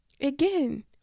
Again